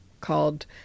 called